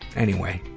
anyway,